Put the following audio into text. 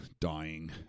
dying